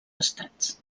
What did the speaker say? estats